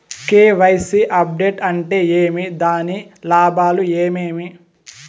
KYC update అంటే ఏమి? దాని లాభాలు ఏమేమి?